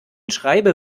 schreibe